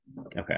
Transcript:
Okay